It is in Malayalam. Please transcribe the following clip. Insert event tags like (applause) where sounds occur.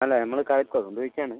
അല്ല നമ്മൾ (unintelligible)